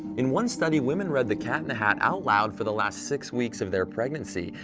in one study women read the cat in the hat out loud for the last six weeks of their pregnancy.